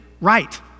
right